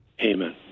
Amen